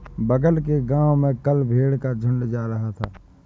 बगल के गांव में कल भेड़ का झुंड जा रहा था